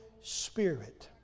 Spirit